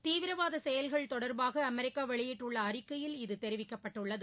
தீவிரவாத செயல்கள் தொடர்பாக அமெரிக்கா வெளியிட்டுள்ள அறிக்கையில் இது தெரிவிக்கப்பட்டுள்ளது